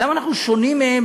למה אנחנו שונים מהם?